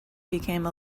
became